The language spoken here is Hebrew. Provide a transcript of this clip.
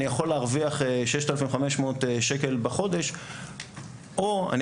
אני יכול להרוויח 6,500 שקל בחודש או שאני